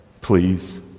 Please